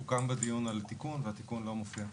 סוכם בדיון על תיקון והתיקון לא מופיע.